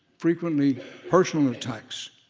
frequently personal attacks,